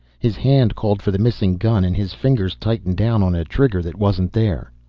his hand called for the missing gun and his finger tightened down on a trigger that wasn't there.